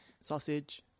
sausage